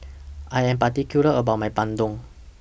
I Am particular about My Bandung